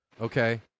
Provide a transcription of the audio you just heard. Okay